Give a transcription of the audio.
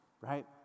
Right